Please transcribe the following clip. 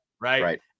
Right